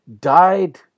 died